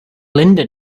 linda